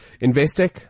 Investec